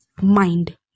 mind